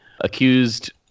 accused